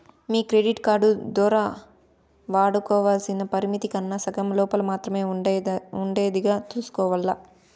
మీ credit card దోరా వాడుకోవల్సింది పరిమితి కన్నా సగం లోపల మాత్రమే ఉండేదిగా సూసుకోవాల్ల